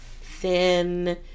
thin